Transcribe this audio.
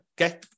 okay